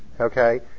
okay